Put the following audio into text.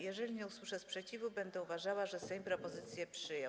Jeżeli nie usłyszę sprzeciwu, będę uważała, że Sejm propozycję przyjął.